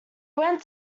went